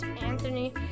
Anthony